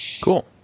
Cool